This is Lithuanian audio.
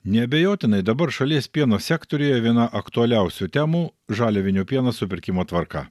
neabejotinai dabar šalies pieno sektoriuje viena aktualiausių temų žaliavinio pieno supirkimo tvarka